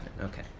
okay